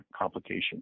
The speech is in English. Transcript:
complication